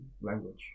language